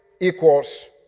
equals